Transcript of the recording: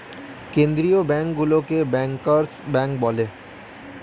কেন্দ্রীয় ব্যাঙ্কগুলোকে bankers bank বলে